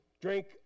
drink